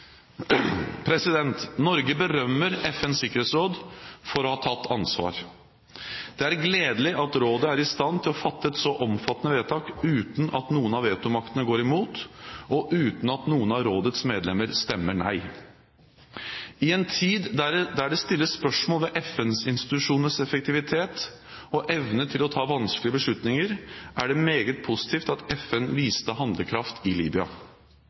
Norge berømmer FNs sikkerhetsråd for å ha tatt ansvar. Det er gledelig at rådet er i stand til å fatte et så omfattende vedtak uten at noen av vetomaktene går imot, og uten at noen av rådets medlemmer stemmer nei. I en tid der det stilles spørsmål ved FN-institusjonenes effektivitet og evne til å ta vanskelige beslutninger, er det meget positivt at FN viste handlekraft i